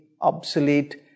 obsolete